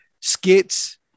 skits